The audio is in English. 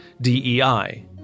DEI